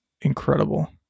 incredible